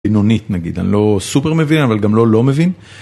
בינונית נגיד, אני לא סופר מבין אבל גם לא לא מבין.